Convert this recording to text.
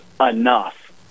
enough